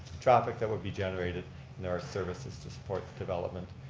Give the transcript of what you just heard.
traffic that would be generated and there are services to support development.